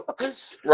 Right